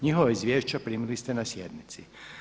Njihova izvješća primili ste na sjednici.